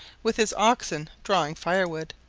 with his oxen drawing fire-wood.